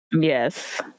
Yes